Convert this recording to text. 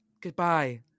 goodbye